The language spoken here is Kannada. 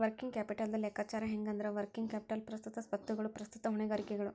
ವರ್ಕಿಂಗ್ ಕ್ಯಾಪಿಟಲ್ದ್ ಲೆಕ್ಕಾಚಾರ ಹೆಂಗಂದ್ರ, ವರ್ಕಿಂಗ್ ಕ್ಯಾಪಿಟಲ್ ಪ್ರಸ್ತುತ ಸ್ವತ್ತುಗಳು ಪ್ರಸ್ತುತ ಹೊಣೆಗಾರಿಕೆಗಳು